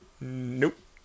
nope